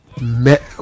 Met